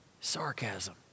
Sarcasm